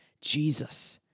Jesus